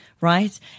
right